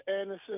Anderson